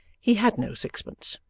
he had no sixpence,